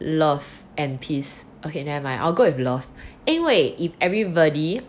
love and peace okay never mind I will go with love 因为 if everybody